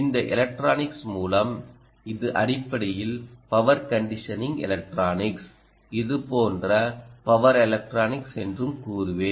இந்த எலக்ட்ரானிக்ஸ் மூலம் இது அடிப்படையில் பவர் கண்டிஷனிங் எலக்ட்ரானிக்ஸ் இது போன்ற பவர் எலக்ட்ரானிக்ஸ் என்று கூறுவேன்